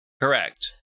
Correct